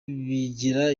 bigira